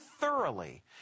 thoroughly